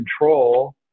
control